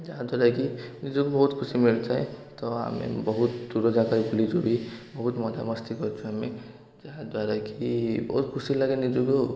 ଯାହାଦ୍ଵାରା କି ନିଜକୁ ବହୁତ ଖୁସି ମିଳିଥାଏ ତ ଆମେ ବହୁତ ଦୂର ଜାଗା ବି ବୁଲିଛୁ ବୁଲିକି ବହୁତ ମଜା ମସ୍ତି କରିଛୁ ଆମେ ଯାହାଦ୍ଵାରା କି ବହୁତ ଖୁସି ଲାଗେ ନିଜକୁ